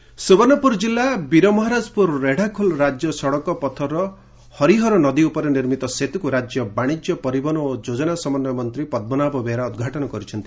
ସେତ୍ ଉଦ୍ଘାଟନ ସୁବର୍ଣ୍ଣପୁର ଜିଲ୍ଲା ବୀରମରାଜପୁର ରେଡ଼ାଖୋଲ ରାଜ୍ୟ ସଡ଼କ ପଥର ହରିହରନଦୀ ଉପରେ ନିର୍ମିତ ସେତୁକୁ ରାଜ୍ୟ ବାଶିଜ୍ୟ ପରିବହନ ଓ ଯୋଜନା ସମନ୍ୱୟ ମନ୍ତୀ ପଦ୍କନାଭ ବେହେରା ଉଦ୍ଘାଟନ କରିଛନ୍ତି